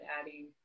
adding